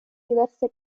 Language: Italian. diverse